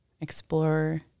explore